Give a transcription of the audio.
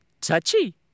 Touchy